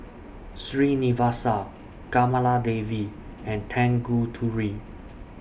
Srinivasa Kamaladevi and Tanguturi